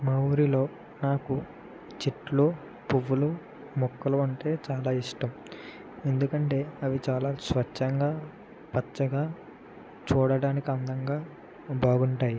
మా ఊరిలో నాకు చెట్లు పువ్వులు మొక్కలు అంటే చాలా ఇష్టం ఎందుకంటే అవి చాలా స్వచ్ఛంగా పచ్చగా చూడటానికి అందంగా బాగుంటాయి